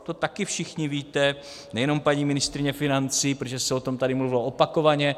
To taky všichni víte, nejenom paní ministryně financí, protože se o tom tady mluvilo opakovaně.